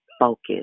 focus